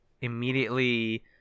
immediately